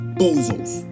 bozos